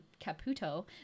Caputo